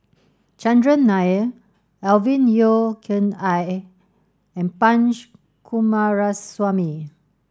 Chandran Nair Alvin Yeo Khirn Hai and Punch Coomaraswamy